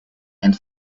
and